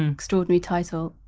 extraordinary title.